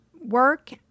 work